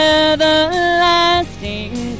everlasting